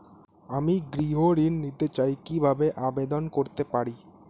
আমি গৃহ ঋণ নিতে চাই কিভাবে আবেদন করতে পারি?